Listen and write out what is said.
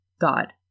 God